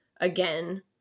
again